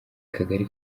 kagari